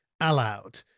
allowed